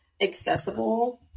accessible